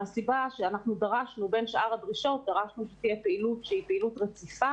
מהסיבה שבין שאר הדרישות דרשנו שתהיה פעילות רציפה,